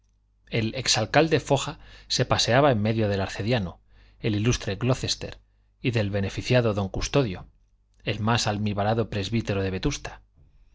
el ex alcalde foja se paseaba en medio del arcediano el ilustre glocester y del beneficiado don custodio el más almibarado presbítero de vetusta